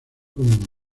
como